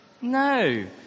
No